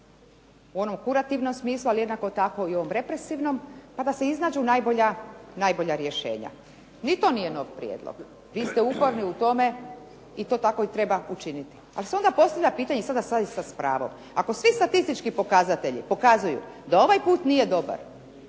u onom kurativnom smislu, ali jednako tako u ovom represivnom, pa da se iznađu najbolja rješenja. Ni to nije nov prijedlog. Vi ste uporni u tome i to tako i treba učiniti. Ali se onda postavlja pitanje, i sada i sa pravom. Ako svi statistički pokazatelji pokazuju da ovaj put nije dobar,